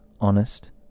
honest